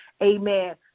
amen